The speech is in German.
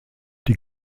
die